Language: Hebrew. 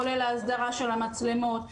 כולל ההסדרה של המצלמות,